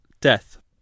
death